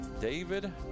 David